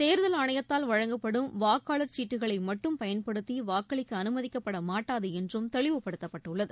தேர்தல் ஆணையத்தால் வழங்கப்படும் வாக்காளர் சீட்டுகளை மட்டும் பயன்படுத்தி வாக்களிக்க அனுமதிக்கப்பட மாட்டாது என்றும் தெளிவுப்படுத்தப்பட்டுள்ளது